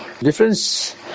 difference